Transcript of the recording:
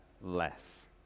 less